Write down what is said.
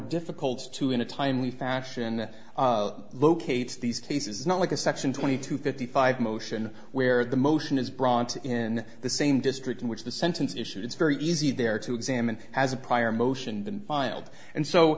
difficult to in a timely fashion that locates these cases not like a section twenty two fifty five motion where the motion is brought in the same district in which the sentence issued it's very easy there to examine as a prior motion been filed and so